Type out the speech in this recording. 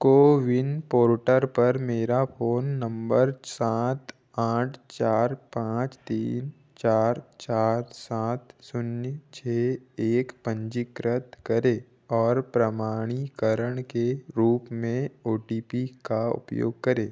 CoWIN portal पर मेरा phone number सात आठ चार पाँच तीन चार चार सात शून्य छः एक पंजीकृत करें और प्रमाणीकरण के रूप में ओ टी पी का उपयोग करें